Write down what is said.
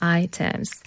items